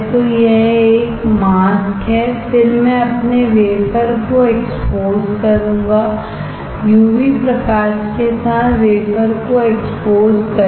तो यह एक मास्क है और फिर मैं अपने वेफरको एक्सपोज करूंगा यूवी प्रकाशके साथ वेफरको एक्सपोज करें